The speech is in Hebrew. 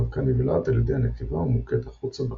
והאבקה נבלעת על ידי הנקבה ומוקאת החוצה בקן.